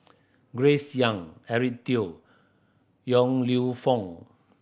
Grace Young Eric Teo Yong Lew Foong